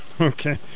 Okay